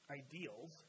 ideals